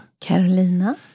Carolina